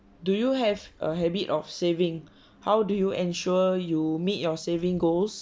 do you have a habit of saving how do you ensure you meet your saving goals